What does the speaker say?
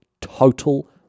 total